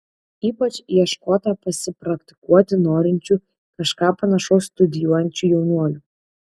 ypač ieškota pasipraktikuoti norinčių kažką panašaus studijuojančių jaunuolių